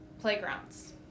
playgrounds